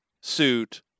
suit